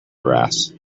brass